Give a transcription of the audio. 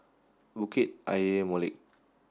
Bukit Ayer Molek